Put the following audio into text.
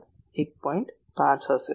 5 હશે